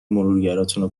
مرورگراتونو